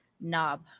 Knob